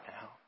now